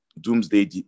doomsday